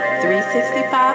365